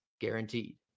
guaranteed